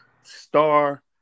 star